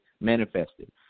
manifested